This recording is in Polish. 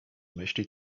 myśli